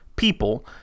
people